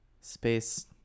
Space